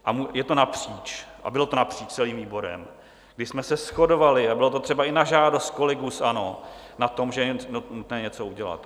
A je to napříč a bylo to napříč celým výborem, kdy jsme se shodovali, a bylo to třeba i na žádost kolegů z ANO, na tom, že je nutné něco udělat.